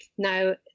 Now